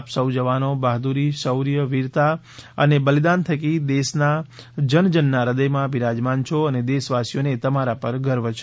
આપ સૌ જવાનો બહાદુરી શૌર્ય વીરતા અને બલિદાન થકી દેશના જનજનના હૃદયમાં બિરાજમાન છો અને દેશવાસીઓને તમારા પર ગર્વ છે